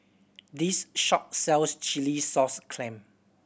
this shop sells chilli sauce clam